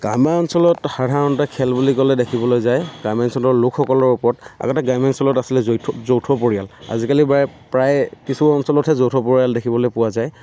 গ্ৰাম্যাঞ্চলত সাধাৰণতে খেল বুলি ক'লে দেখিবলৈ যায় গ্ৰাম্যাঞ্চলৰ লোকসকলৰ ওপৰত আগতে গ্ৰাম্যাঞ্চলত আছিলে যৌথ যৌথ পৰিয়াল আজিকালি প্ৰায় প্ৰায়ে কিছু অঞ্চলতহে যৌথ পৰিয়াল দেখিবলৈ পোৱা যায়